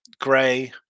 Gray